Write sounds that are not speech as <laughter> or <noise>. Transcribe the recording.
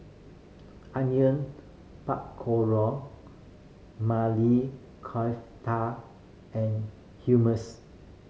Onion Pakoro Mali <unintelligible> and <unintelligible>